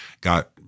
got